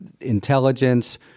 Intelligence